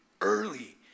early